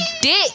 dick